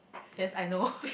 yes I know